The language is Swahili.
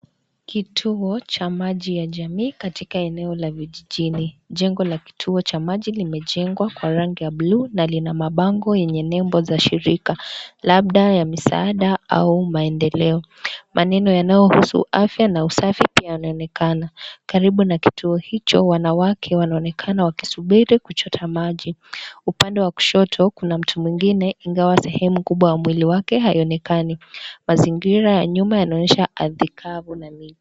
Kituo cha maji ya jamii katika eneo la kijijini. Jengo la kituo cha maji limejengwa kwa rangi ya bluu na lina mabango ya nembo za shirika, labda ya misaada au maendeleo. Maneno yanayohusu afya na usafi yanaonekana. Karibu na kituo hicho wanawake wanaonekana wakisubiri kuchota maji. Upande wa kushoto kuna mtu mwingine ingawa sehemu kubwa ya mwili wake hauonekani. Mazingira ya nyuma yanaonyesha ardhi kavu.